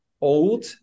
old